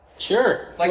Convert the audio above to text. Sure